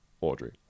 Audrey